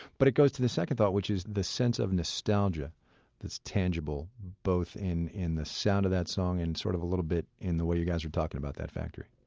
but it goes to the second thought, which is the sense of nostalgia that's tangible both in in the sound of that song and sort of a little bit in the way you guys are talking about that factory.